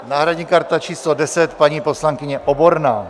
Náhradní karta číslo 10 paní poslankyně Oborná.